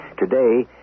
Today